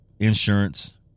insurance